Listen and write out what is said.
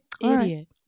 Idiot